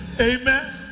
Amen